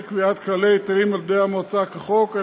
קביעת כללי היטלים על ידי המועצה כחוק,